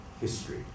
history